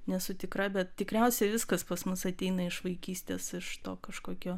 nesu tikra bet tikriausiai viskas pas mus ateina iš vaikystės iš to kažkokio